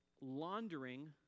laundering